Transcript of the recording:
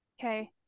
Okay